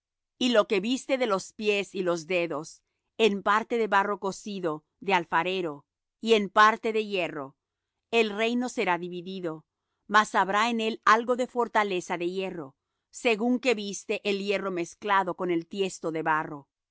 y lo que viste de los pies y los dedos en parte de barro cocido de alfarero y en parte de hierro el reino será dividido mas habrá en él algo de fortaleza de hierro según que viste el hierro mezclado con el tiesto de barro y